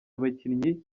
abakinnyi